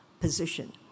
Position